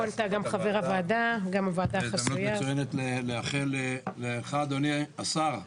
זו הזדמנות מצוינת לאחל לך, אדוני השר,